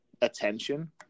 attention